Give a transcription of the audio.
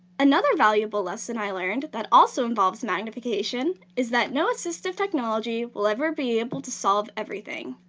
another valuable lesson i learned that also involves magnification is that no assistive technology will ever be able to solve everything.